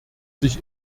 sich